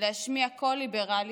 להשמיע קול ליברלי.